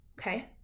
Okay